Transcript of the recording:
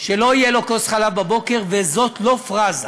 שלא תהיה לו כוס חלב בבוקר, וזאת לא פראזה,